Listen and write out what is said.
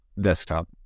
Desktop